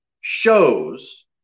shows